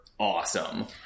Awesome